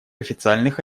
официальных